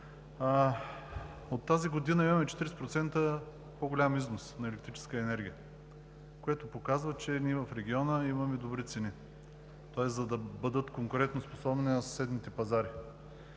От тази година имаме 40% по-голям износ на електрическа енергия, което показва, че в региона имаме добри цени, тоест конкурентни са на съседните пазари.